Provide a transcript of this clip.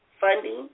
Funding